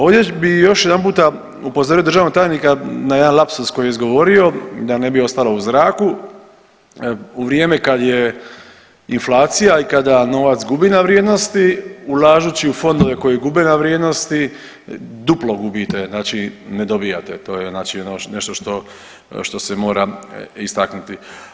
Ovdje bi još jedanputa upozorio državnog tajnika na jedan lapsus koji je izgovorio da ne bi ostalo u zraku, u vrijeme kad je inflacija i kada novac gubi na vrijednosti, ulažući u fondove koji gube na vrijednosti duplo gubite, znači ne dobijate to je nešto što se mora istaknuti.